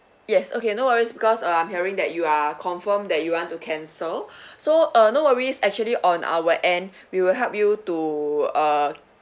yes okay no worries because uh I'm hearing that you are confirm that you want to cancel so uh no worries actually on our end we will help you to uh